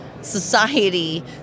society